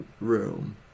room